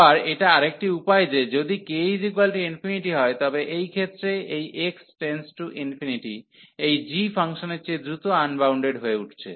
আবার এটা আরেকটি উপায় যে যদি k∞ হয় তবে এই ক্ষেত্রে এই x→∞ এই g ফাংশনের চেয়ে দ্রুত আনবাউন্ডেড হয়ে উঠছে